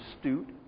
astute